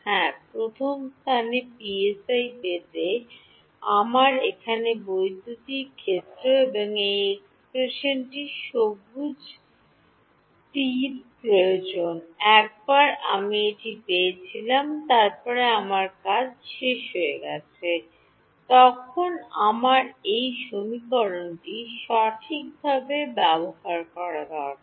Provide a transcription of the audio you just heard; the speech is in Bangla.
হ্যাঁ প্রথম স্থানে পিএসআই পেতে আমার এখানে বৈদ্যুতিক ক্ষেত্র এবং এই এক্সপ্রেশনটি প্রয়োজন সবুজ তীর একবার আমি এটি পেয়েছিলাম তারপরে আমার কাজ শেষ হয়ে গেছে তখন আমার এই সমীকরণটি সঠিকভাবে ব্যবহার করা দরকার